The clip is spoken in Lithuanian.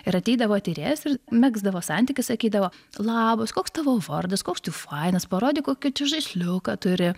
ir ateidavo tyrėjas ir megzdavo santykį sakydavo labas koks tavo vardas koks tu fainas parodyk kokį žaisliuką turi